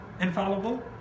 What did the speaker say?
infallible